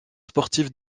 sportive